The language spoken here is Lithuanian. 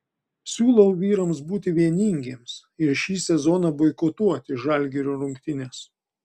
siūlau vyrams būti vieningiems ir šį sezoną boikotuoti žalgirio rungtynes